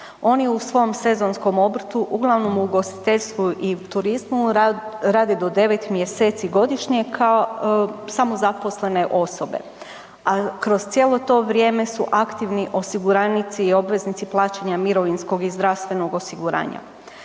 Oni u svom sezonskom obrtu uglavnom ugostiteljstvu i turizmu rade do 9 mj. kao samozaposlene osobe, a kroz cijelo to vrijeme su aktivni osiguranici i obveznici plaćanja mirovinskog i zdravstvenog osiguranja.